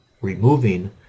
removing